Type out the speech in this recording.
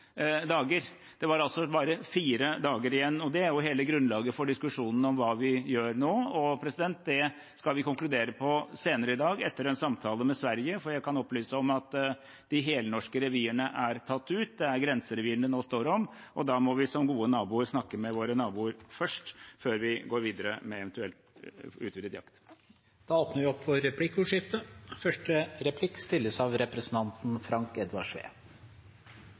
Det var altså bare fire dager igjen, og det er jo hele grunnlaget for diskusjonen om hva vi gjør nå. Det skal vi konkludere på senere i dag, etter en samtale med Sverige, for jeg kan opplyse om at de helnorske revirene er tatt ut. Det er grenserevirene det nå står om, og da må vi som gode naboer snakke med våre naboer først, før vi går videre med eventuell utvidet jakt. Det blir replikkordskifte. Vi